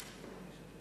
נוכח.